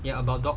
eh about dog